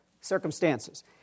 circumstances